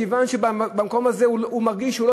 מכיוון שבמקום הזה הוא מרגיש שהוא לא